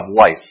life